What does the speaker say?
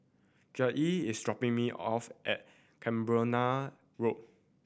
Joelle is dropping me off at Cranborne Road